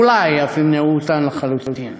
ואולי אף ימנעו אותן לחלוטין.